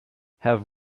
have